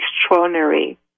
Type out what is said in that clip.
extraordinary